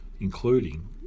including